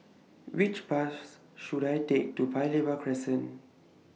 Which Bus should I Take to Paya Lebar Crescent